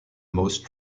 most